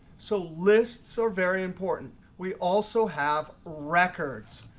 so lists are very important. we also have records.